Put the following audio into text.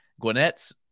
Gwinnett's